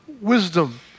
wisdom